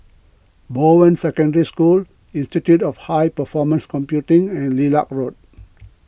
Bowen Secondary School Institute of High Performance Computing and Lilac Road